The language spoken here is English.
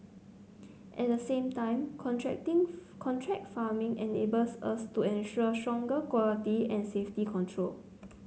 at the same time contracting contract farming enables us to ensure stronger quality and safety control